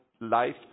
life